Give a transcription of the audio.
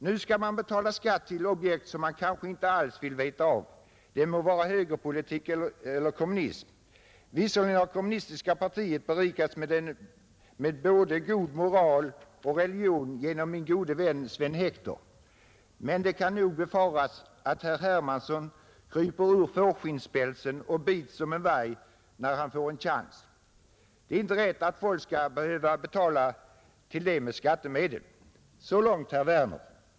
Nu skall man betala skatt till objekt som man kanske inte alls vill veta av — det må vara högerpolitik eller kommunism. Visserligen har nu kommunistiska partiet berikats med både moral och religion genom min gode vän Sven Hector. Men det kan nog befaras att herr Hermansson kryper ur fårskinnspälsen och bits som en varg när han får chans, Det är inte rätt att folk skall behöva betala till det med skattemedel.” Så långt herr Werner.